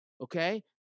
Okay